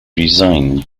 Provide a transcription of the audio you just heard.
resign